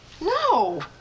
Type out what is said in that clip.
No